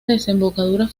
desembocadura